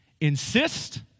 Insist